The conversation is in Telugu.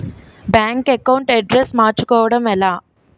బ్యాంక్ అకౌంట్ అడ్రెస్ మార్చుకోవడం ఎలా?